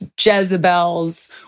Jezebels